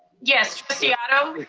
yes, trustee otto.